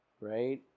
Right